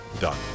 done